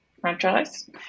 franchise